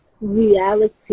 reality